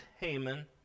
Haman